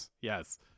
yes